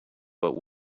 but